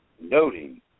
Noting